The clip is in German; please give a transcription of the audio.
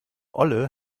olle